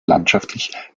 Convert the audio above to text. landschaftlich